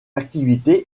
activité